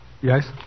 Yes